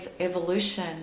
evolution